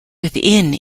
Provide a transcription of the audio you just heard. within